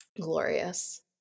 Glorious